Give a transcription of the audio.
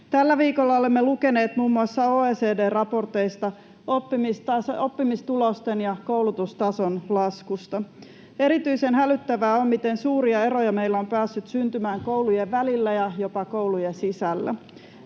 Tällä viikolla olemme lukeneet muun muassa OECD:n raporteista oppimistulosten ja koulutustason laskusta. Erityisen hälyttävää on, miten suuria eroja meillä on päässyt syntymään koulujen välillä ja jopa koulujen sisällä.